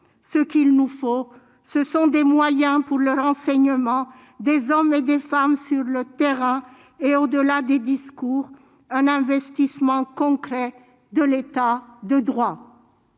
Ce qu'il nous faut, ce sont des moyens pour le renseignement, des hommes et des femmes sur le terrain et, au-delà des discours, un investissement concret de l'État de droit.